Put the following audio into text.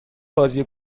بازی